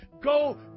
go